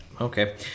Okay